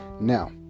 now